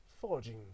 forging